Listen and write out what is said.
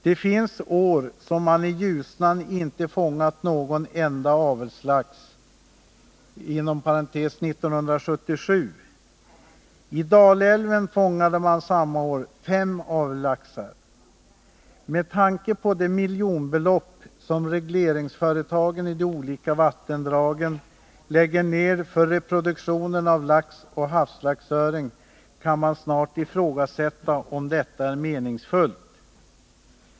Det finns år som man i Ljusnan inte fångat någon enda avelslax, t.ex. 1977. I Dalälven fångade man samma år fem avelslaxar. Med tanke på de miljonbelopp som regleringsföretagen i de olika vattendragen lägger ned för reproduktion av lax och havslaxöring kan man snart ifrågasätta om detta är meningsfullt.